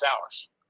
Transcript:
hours